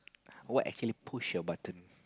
what actually push your button